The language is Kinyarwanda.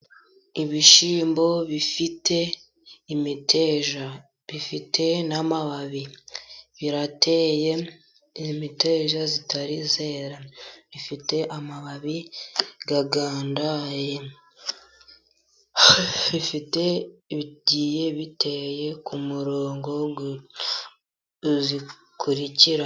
Ibishyimbo bifite imiteja. Bifite n'amababi birateye imeteja itari yera. Bifite amababi agandaye, bigiye biteye ku murongo ukurikiranye.